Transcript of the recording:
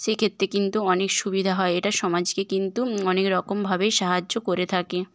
সেই ক্ষেত্রে কিন্তু অনেক সুবিধা হয় এটা সমাজকে কিন্তু অনেকরকমভাবেই সাহায্য করে থাকে